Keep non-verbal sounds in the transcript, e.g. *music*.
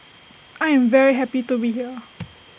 I am very happy to be here *noise*